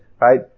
right